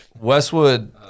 Westwood